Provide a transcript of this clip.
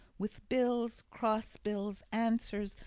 with bills, cross-bills, answers,